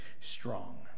strong